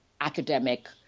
academic